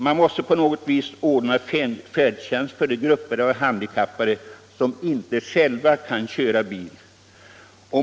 Man måste på något sätt ordna färdtjänst för de grupper av handikappade som inte själva kan köra bil.